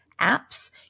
apps